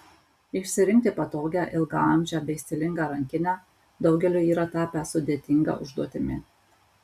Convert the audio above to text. išsirinkti patogią ilgaamžę bei stilingą rankinę daugeliui yra tapę sudėtinga užduotimi